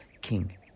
King